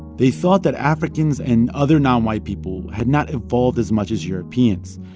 they thought that africans and other non-white people had not evolved as much as europeans.